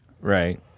Right